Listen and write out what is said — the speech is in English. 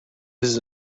his